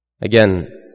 Again